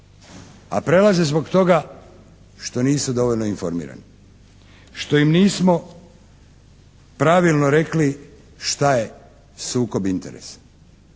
A prelaze zbog toga što nisu dovoljno informirani. Što im nismo pravilno rekli što je sukob interesa,